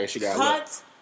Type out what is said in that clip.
Cut